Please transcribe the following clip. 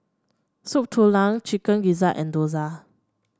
Soup Tulang Chicken Gizzard and dosa